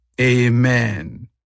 Amen